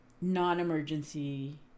non-emergency